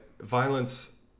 violence